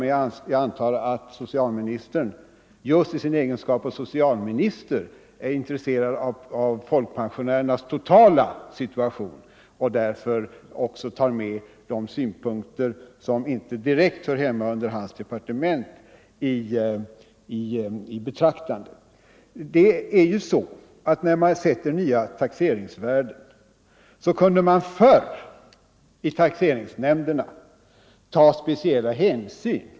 Men jag antar att socialministern just i sin egenskap av socialminister är intresserad av folkpensionärernas totala situation och därför beaktar även de synpunkter som inte direkt hör hemma i hans departement. Förr kunde fastighetstaxeringsnämnderna när man bestämde nya taxeringsvärden ta speciella hänsyn.